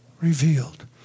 revealed